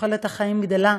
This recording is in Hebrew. תוחלת החיים גדלה,